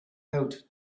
out